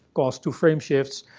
caused two frameshifts.